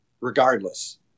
regardless